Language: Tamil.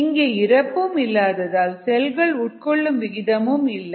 இங்கே இறப்பும் இல்லாததால் செல்கள் உட்கொள்ளும் விகிதமும் இல்லை